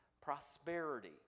prosperity